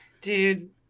Dude